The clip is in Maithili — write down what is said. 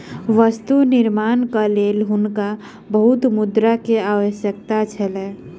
वस्तु निर्माणक लेल हुनका बहुत मुद्रा के आवश्यकता छल